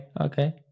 Okay